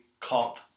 cop